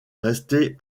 rester